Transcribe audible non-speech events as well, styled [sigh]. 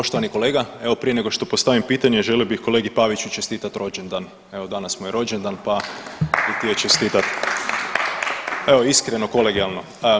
Poštovani kolega, evo prije nego što postavim pitanje želio bih kolegi Paviću čestitati rođendan, evo danas mu je rođendan pa bi htio čestitati. [applause] Evo iskreno kolegijalno.